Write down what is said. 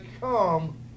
come